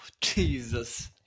jesus